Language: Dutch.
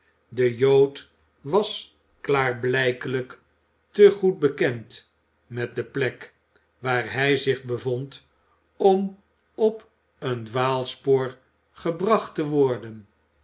de jood was klaarblijkelijk te goed bekend met de plek waar hij zich bevond om op een dwaalspoor gebracht te worden